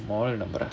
model number